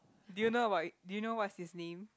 do you know about it do you know what's his name